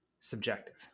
subjective